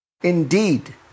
Indeed